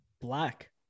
Black